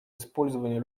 использование